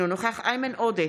אינו נוכח איימן עודה,